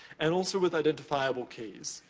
and also, with identifiable keys.